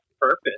purpose